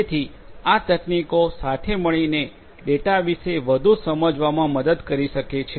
જેથી આ તકનીકો સાથે મળીને ડેટા વિશે વધુ સમજવામાં મદદ કરી શકે છે